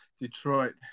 Detroit